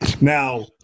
Now